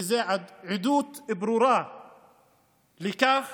וזאת עדות ברורה לכך